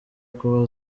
kuba